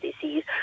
disease